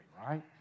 right